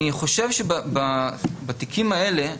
אני חושב שבתיקים האלה,